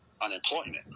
unemployment